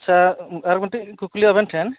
ᱟᱪᱪᱷᱟ ᱟᱨ ᱢᱤᱫᱴᱟᱝ ᱠᱩᱠᱞᱤ ᱟᱵᱮᱱ ᱴᱷᱮᱱ